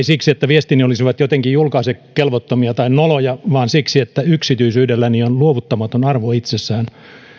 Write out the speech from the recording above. siksi että viestini olisivat jotenkin julkaisukelvottomia tai noloja vaan siksi että yksityisyydelläni on luovuttamaton arvo itsessään